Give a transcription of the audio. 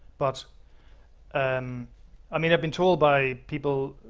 but and i mean i've been told by people,